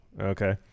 Okay